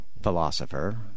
philosopher